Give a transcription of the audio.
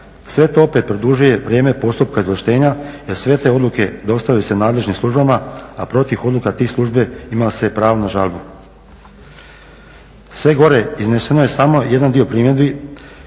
Sve to opet produžuje vrijeme postupka izvlaštenja jer sve te odluke dostavljaju se nadležnim službama, a protiv odluka tih službi ima se pravo na žalbu. Sve gore izneseno je samo jedan dio primjedbi